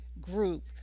group